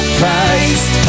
Christ